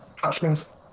hatchlings